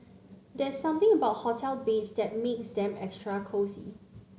there's something about hotel beds that makes them extra cosy